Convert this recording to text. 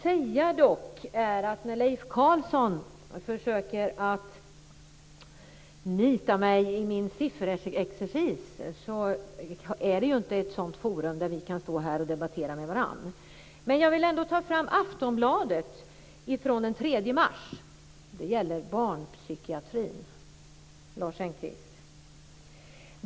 Leif Carlson försöker att nita mig i min sifferexcersis. Men detta är ju inte ett sådant forum där vi kan stå och debattera med varandra. I Aftonbladet från den 3 mars skriver man om barnpsykiatrin, Lars Engqvist.